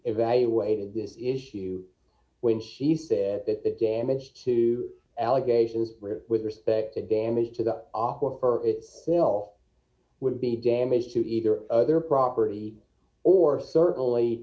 evaluated d this issue when she said that the damage to allegations d with respect to damage to the software for it still would be damage to either their property or certainly